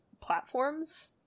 platforms